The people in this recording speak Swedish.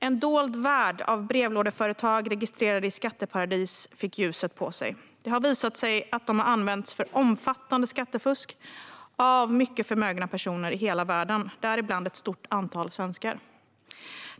En dold värld av brevlådeföretag registrerade i skatteparadis fick ljuset på sig. Det har visat sig att dessa företag har använts för omfattande skattefusk av mycket förmögna personer i hela världen, däribland ett stort antal svenskar.